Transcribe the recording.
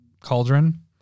cauldron